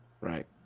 Right